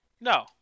No